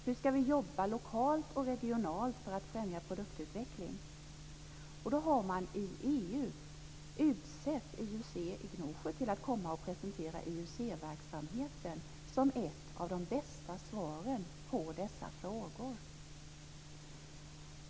Hur skall vi jobba lokalt och regionalt för att främja produktutveckling? Man har från EU utsett IUC i Gnosjö att presentera IUC-verksamheten som ett av de bästa svaren på dessa frågor.